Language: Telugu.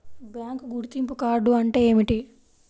బ్యాంకు గుర్తింపు కార్డు అంటే ఏమిటి?